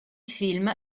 film